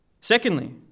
Secondly